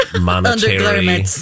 monetary